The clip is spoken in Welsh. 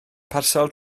parsel